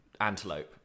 antelope